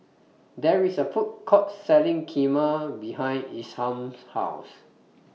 There IS A Food Court Selling Kheema behind Isham's House